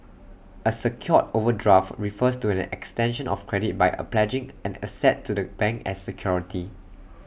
A securer overdraft refers to an extension of credit by A pledging an asset to the bank as security